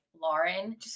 Lauren